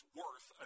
worth